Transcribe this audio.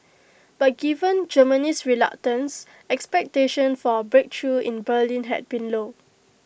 but given Germany's reluctance expectations for A breakthrough in Berlin had been low